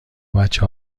بچه